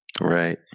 Right